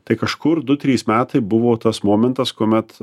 tai kažkur du trys metai buvo tas momentas kuomet